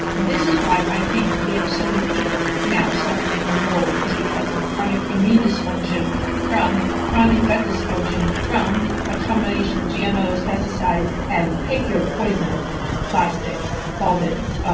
this is why i think we have so many people now suffering from mold is because of chronic immune dysfunction from chronic gut dysfunction from a combinations of gmos, pesticides, and pick your poison plastics, solvents,